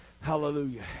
Hallelujah